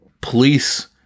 police